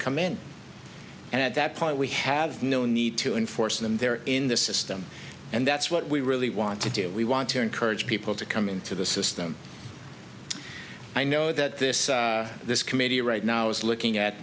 come in and at that point we have no need to enforce them there in the system and that's what we really want to do we want to encourage people to come into the system i know that this this committee right now is looking at